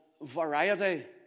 variety